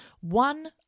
One